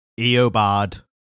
eobard